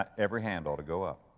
every hand ought to go up.